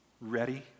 ready